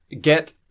get